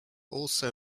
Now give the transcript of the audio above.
also